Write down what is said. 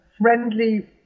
friendly